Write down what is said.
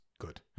good